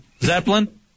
Zeppelin